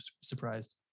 surprised